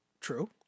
True